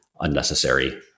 unnecessary